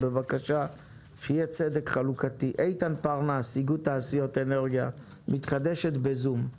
איתן פרנס, איגוד תעשיות אנרגיה מתחדשת, בבקשה.